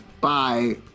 Bye